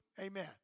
Amen